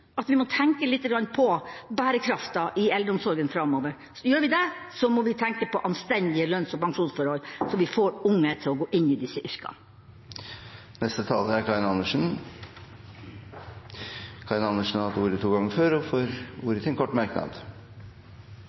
at vi må tenke lite grann på bærekraften i eldreomsorgen framover. Gjør vi det, må vi tenke på anstendige lønns- og pensjonsforhold, slik at vi får unge til å gå inn i disse yrkene. Representanten Karin Andersen har hatt ordet to ganger tidligere og får ordet til en kort merknad,